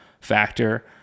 factor